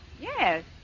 Yes